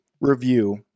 review